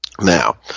Now